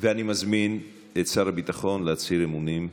אני מזמין את שר הביטחון להצהיר אמונים.